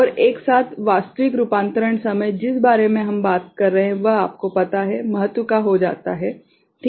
और एक साथ वास्तविक रूपांतरण समय जिस बारे में हम बात कर रहे हैं वह आपको पता है महत्व का हो जाता है ठीक है